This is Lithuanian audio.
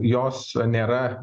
jos nėra